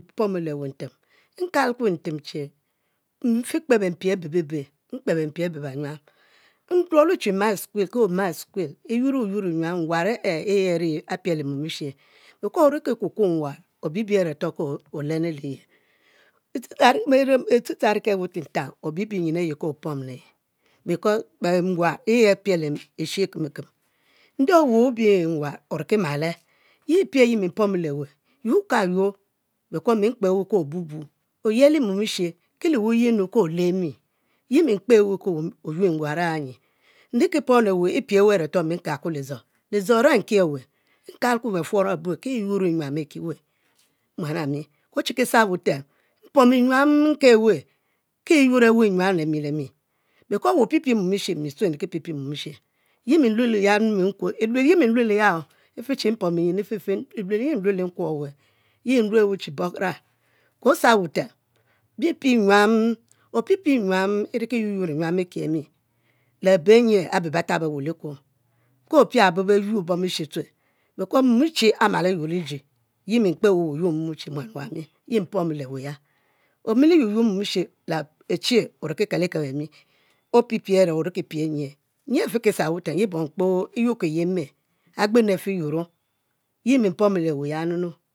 Mpomo le we ntem nkulkue ntem, mfikpu be mpi abe bibe mpie abe be nyuam, nruole che mu sukuel, mwan e'yi apieli mom eshe, oriki kuo kuo mwan obibi a'reto ke olenu liyel i teacher e'rike weh titank obibi a're ke opom le yi belo mwan yi apiele e'she e'kem mekem, nde weh obi mwan oriki male, yepie ayi mi mpomo le we yuor ka yur, because mi mkpe weh ke obubu oyeli mom eshe le wu yenu wule mi, ye mi mke weh ke oyuen mwan a'nyi nrikipom lewe e'pia weh a're nkukwe lidzo, lidzo a're nkiweh nkalkue bfuorong abue ki iyuor nyuam e ki weh, muana mi ke chi kisa wutem mpuomo nyuam nkeweh, ki e'yuor e'nyuam lemi lemi because weh ofiepie mom e'she mi tue nriki pipie mom eshe, yi mi nlue lo, e luel yi mi nluolo ya, e'feche mpomo nyin efefe, e'luel yi mi nluolo nkuo e'weh, yi enrue weh che bora kosa wutem pipie nyuam, opipie nyuam e'rikinab e'kie mi le abene abeh beh tabeweh li-kuo ke ofiabo be-your bom e'she tue, because mom e'she amal ayur liji yi kper ke oyur liji muan owami yi mpomo le we ya, omili yuyur mom e'she le che oriki kelike bemi, ofipie a're ori kipie nyie, nyue afikisa wutem, ye-bom kpo eriku yur riye e'me agbenu afi yuro yi mi mpomo le weh ya, nu nu